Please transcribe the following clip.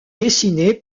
dessiné